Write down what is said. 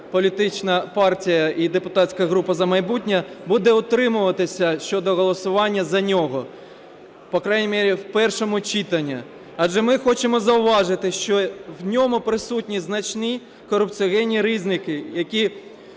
політична партія і депутатська група "За майбутнє" буде утримуватися щодо голосування за нього, по крайней мере в першому читанні. Адже ми хочемо зауважити, що в ньому присутні значні корупціогенні ризики, які